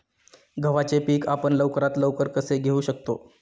गव्हाचे पीक आपण लवकरात लवकर कसे घेऊ शकतो?